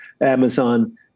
Amazon